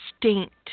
distinct